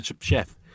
chef